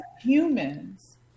humans